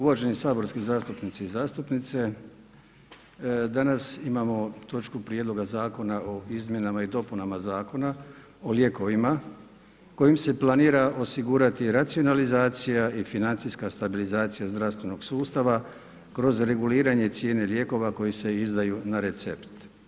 Uvaženi saborski zastupnici i zastupnice, danas imamo točku prijedloga zakona o izmjenama i dopunama Zakona o lijekovima, kojim se planira osigurati racionalizacija i financijska stabilizacija zdravstvenog sustava, kroz reguliranje cijene lijekova koji se izdaju na recept.